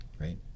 Right